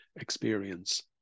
experience